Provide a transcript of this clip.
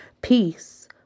Peace